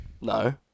No